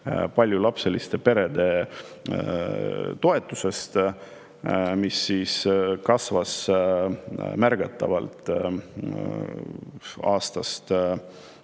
paljulapseliste perede toetusest, mis kasvas märgatavalt. Aastast